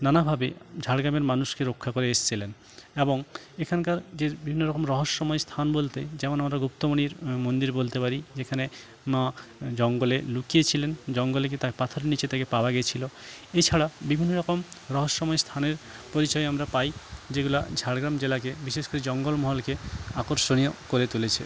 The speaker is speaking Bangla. নানাভাবে ঝাড়গ্রামের মানুষকে রক্ষা করে এসছিলেন এবং এখানকার যে বিভিন্ন রকম রহস্যময় স্থান বলতে যেমন আমরা গুপ্তমনির মন্দির বলতে পারি যেখানে মা জঙ্গলে লুকিয়ে ছিলেন জঙ্গলে তার পাথর নীচে থেকে পাওয়া গেছিলো এছাড়া বিভিন্ন রকম রহস্যময় স্থানের পরিচয় আমরা পাই যেগুলো ঝাড়গ্রাম জেলাকে বিশেষ করে জঙ্গলমহলকে আকর্ষণীয় করে তুলেছে